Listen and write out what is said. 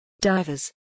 Divers